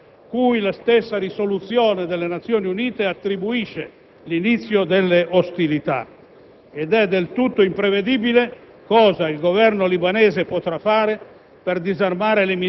Il mandato della risoluzione 1701 ha per obiettivo principale il ripristino della sovranità del Governo libanese di cui è parte anche il movimento degli Hezbollah,